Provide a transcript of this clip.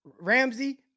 Ramsey